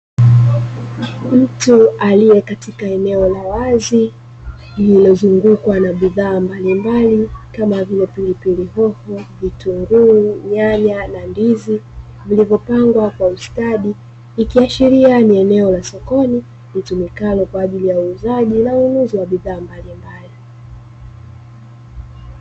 Mtu aliye katika eneo la wazi lililozungukwa na bidhaa mbalimbali kama vile: pilipili hoho, vitunguu, nyanya na ndizi, vilivyopangwa kwa ustadi ikiashiria ni eneo la sokoni litumikalo kwa ajili ya uuzaji na ununuzi wa bidhaa mbalimbali.